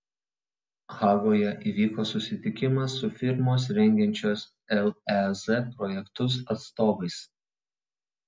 hagoje įvyko susitikimas su firmos rengiančios lez projektus atstovais